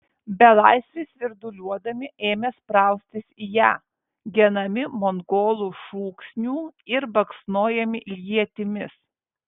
belaisviai svirduliuodami ėmė spraustis į ją genami mongolų šūksnių ir baksnojami ietimis